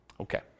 Okay